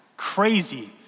Crazy